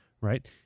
Right